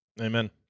amen